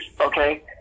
Okay